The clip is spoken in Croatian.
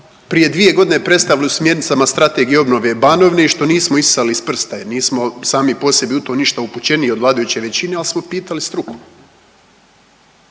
prije 2 godine predstavili u smjernicama strategije i obnove Banovine i što nismo isisali iz prsta jer nismo sami po sebi u to ništa upućeniji od vladajuće većine, ali smo pitali struku.